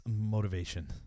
motivation